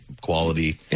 quality